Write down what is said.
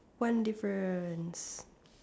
one difference